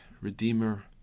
Redeemer